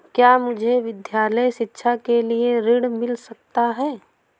क्या मुझे विद्यालय शिक्षा के लिए ऋण मिल सकता है?